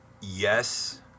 yes